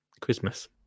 christmas